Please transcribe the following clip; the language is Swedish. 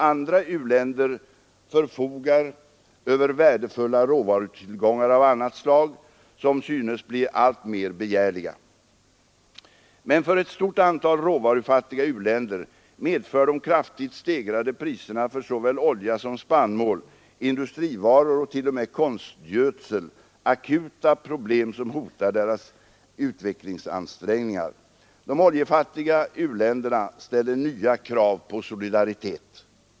Andra u-länder förfogar över värdefulla råvarutillgångar av annat slag, som synes bli alltmer begärliga. Men för ett stort antal råvarufattiga u-länder medför de kraftigt stegrade priserna för såväl olja som spannmål, industrivaror och t.ex. konstgödsel, akuta problem som hotar deras utvecklingsansträngningar. De oljefattiga u-länderna ställer nya krav på solidaritet.